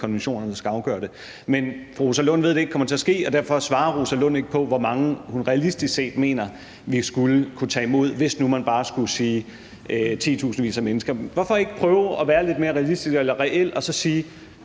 konventionerne, der skal afgøre det. Men fru Rosa Lund ved, det ikke kommer til at ske, og derfor svarer Rosa Lund ikke på, hvor mange hun realistisk mener vi skulle kunne tage imod, hvis nu man bare skulle sige titusindvis af mennesker. Hvorfor ikke prøve at være lidt mere realistisk eller reel og så sige: